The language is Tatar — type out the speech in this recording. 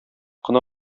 кына